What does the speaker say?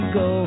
go